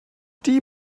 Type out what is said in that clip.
die